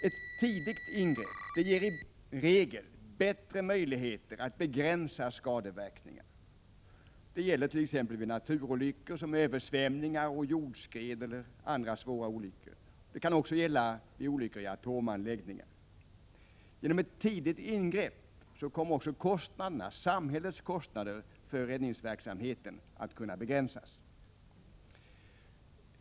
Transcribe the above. Ett tidigt ingripande ger i regel bättre möjligheter att begränsa skadeverkningarna. Det gäller t.ex. vid naturolyckor som översvämningar, jordskred eller andra svåra olyckor. Det kan också gälla olyckor i atomanläggningar. Genom ett tidigt ingrepp kommer också samhällets kostnader för räddningsverksamheten att kunna begränsas.